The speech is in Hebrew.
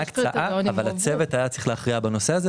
אבל הצוות שהיה צריך להכריע בנושא הזה